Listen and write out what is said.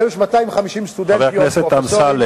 היום יש 250 סטודנטיות ערביות.